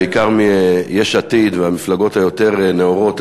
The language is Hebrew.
בעיקר מיש עתיד ומהמפלגות היותר נאורות,